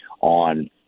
on